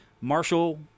Marshall